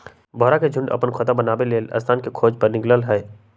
भौरा के झुण्ड अप्पन खोता बनाबे लेल स्थान के खोज पर निकलल हइ